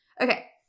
Okay